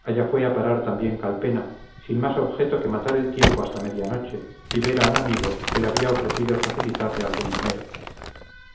allá fue a parar también calpena sin más objeto que matar el tiempo hasta media noche y ver a un amigo que le había ofrecido facilitarle algún dinero